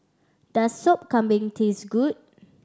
does Sup Kambing taste good